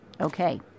Okay